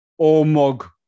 Omog